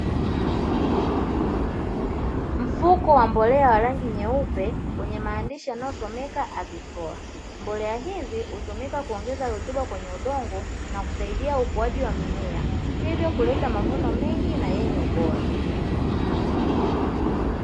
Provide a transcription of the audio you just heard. Mfuko wa mbolea wa rangi nyeupe wenye maandishi yanayo someka ''AgriFlora'' mbolea hizi hutumika kuongeza rutuba kwenye udongo na kusaidia ukuaji wa mimea hivyo kuleta mavuno mengi na yenye ubora.